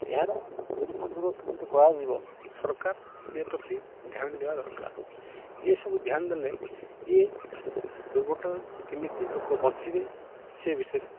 ଏହାର ଦୁରୁପଯୋଗ କେମିତି କରାଯିବ ସରକାର ସେ ପ୍ରତି ଧ୍ୟାନ ଦେବା ଦରକାର ଏସବୁ ଧ୍ୟାନ ଦେଲେ ଏ ଦୁର୍ଘଟଣା କେମିତି ଲୋକ ବଞ୍ଚିବେ ସେ ବିଷୟରେ